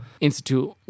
institute